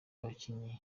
abakinnyi